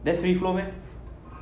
that's free flow meh